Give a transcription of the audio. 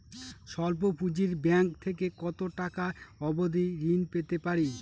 স্বল্প পুঁজির ব্যাংক থেকে কত টাকা অবধি ঋণ পেতে পারি?